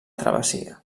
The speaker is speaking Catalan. travessia